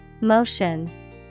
Motion